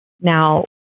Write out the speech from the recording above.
Now